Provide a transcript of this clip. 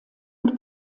und